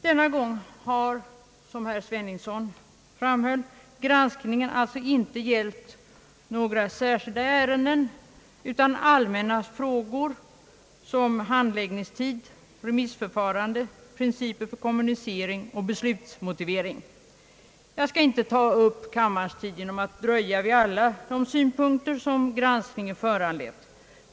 Denna gång har, som herr Sveningsson framhöll, granskningen inte gällt några särskilda ärenden utan allmänna frågor såsom handläggningstid, remissförfarande, principer för kommunicering och beslutsmotivering. Jag skall inte ta kammarens tid i anspråk för att dröja vid alla de synpunkter som granskningen har föranlett.